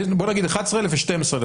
בוא נגיד 11,000 ו-12,000,